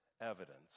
evidence